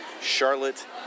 Charlotte